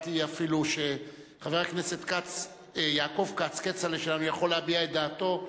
זה קרוב ל-50, 50 ומשהו בני-אדם.